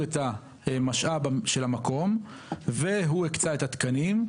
את המשאב של המקום והוא הקצה את התקנים,